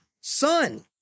son